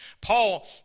Paul